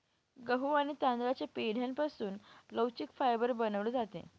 गहू आणि तांदळाच्या पेंढ्यापासून लवचिक फायबर बनवले जाते